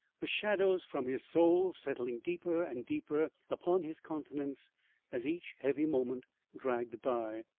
the shadows from his soul settling deeper and deeper upon his countenance as each heavy moment dragged by.